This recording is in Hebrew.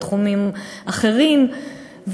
בתחומים אחרים,